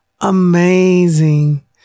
Amazing